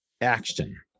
action